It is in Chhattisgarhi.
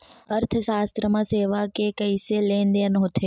अर्थशास्त्र मा सेवा के कइसे लेनदेन होथे?